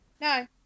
No